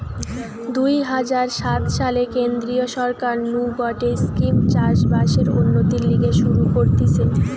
দুই হাজার সাত সালে কেন্দ্রীয় সরকার নু গটে স্কিম চাষ বাসের উন্নতির লিগে শুরু করতিছে